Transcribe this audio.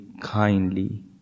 kindly